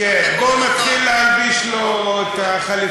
מה אתה קורא לו חאג'?